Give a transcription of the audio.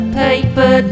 paper